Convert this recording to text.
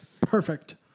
Perfect